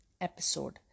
episode